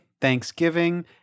Thanksgiving